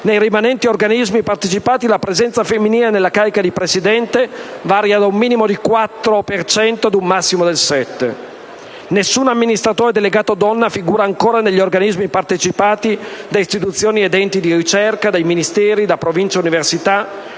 nei rimanenti organismi partecipati la presenza femminile nella carica di presidente varia da un minimo del 4 per cento ad un massimo del 7 per cento. Nessun amministratore delegato donna figura ancora negli organismi partecipati da istituzioni ed enti di ricerca, dai Ministeri, da Province e università,